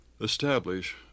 establish